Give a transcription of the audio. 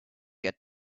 get